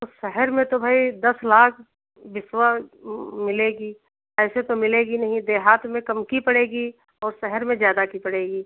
तो सहहर में तो भाई दस लाख बीस मिलेगी ऐसे तो मिलेगी नहीं देहात में कम की पड़ेगी और सहहर में ज़्यादा की पड़ेगी